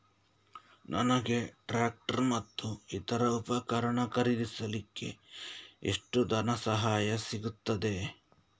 ನನಗೆ ಟ್ರ್ಯಾಕ್ಟರ್ ಮತ್ತು ಇತರ ಉಪಕರಣ ಖರೀದಿಸಲಿಕ್ಕೆ ಎಷ್ಟು ಧನಸಹಾಯ ಸಿಗುತ್ತದೆ?